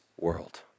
world